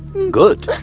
good.